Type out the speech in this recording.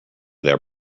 their